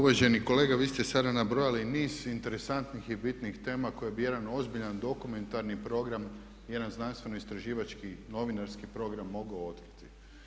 Uvaženi kolege vi ste sada nabrojali niz interesantnih i bitnih tema koje bi jedan ozbiljan dokumentarni program i jedan znanstveno istraživački novinarski program mogao otkriti.